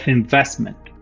investment